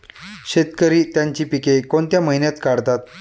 शेतकरी त्यांची पीके कोणत्या महिन्यात काढतात?